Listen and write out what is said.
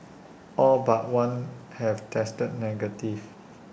all but one have tested negative